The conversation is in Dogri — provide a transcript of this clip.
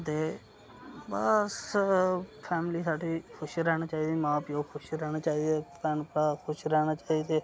ते बस फैमिली साढ़ी खुश रैह्नी चाहिदी मां प्यौ खुश रौह्ना चाहिदे भैन भ्राऽ खुश रौह्ना चाहिदे